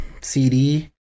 CD